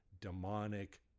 demonic